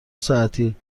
ساعتی